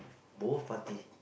both party